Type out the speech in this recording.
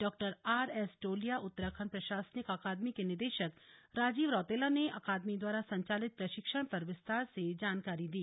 डा R S Tolia Uttarakhand प्रशासनिक अकादमी के निदेशक राजीव रौतेला ने अकादमी द्वारा संचालित प्रशिक्षण पर विस्तार से जानकारी दी